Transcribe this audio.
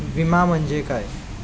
विमा म्हणजे काय?